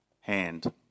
hand